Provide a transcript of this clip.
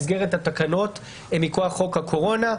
במסגרת התקנות מכוח חוק הקורונה.